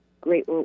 great